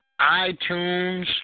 iTunes